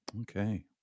Okay